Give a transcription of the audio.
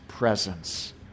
presence